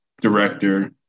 director